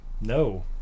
No